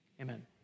amen